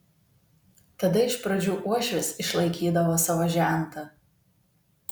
tada iš pradžių uošvis išlaikydavo savo žentą